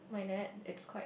my net is quite